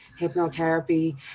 hypnotherapy